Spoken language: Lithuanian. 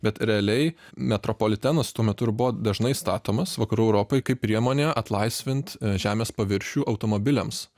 bet realiai metropolitenas tuo metu ir buvo dažnai statomas vakarų europoj kaip priemonė atlaisvint žemės paviršių automobiliams